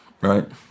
right